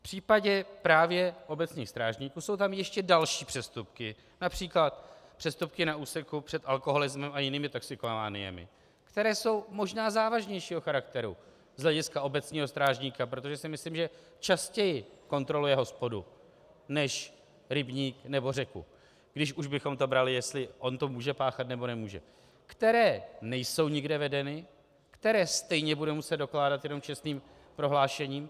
V případě právě obecních strážníků jsou tam ještě další přestupky, například přestupky na úseku před alkoholismem a jinými toxikomaniemi, které jsou možná závažnějšího charakteru z hlediska obecního strážníka, protože si myslím, že častěji kontroluje hospodu než rybník, nebo řeknu, když už bychom to brali, jestli on to může páchat, nebo nemůže, které nejsou nikde vedeny, které stejně bude muset dokládat jenom čestným prohlášením.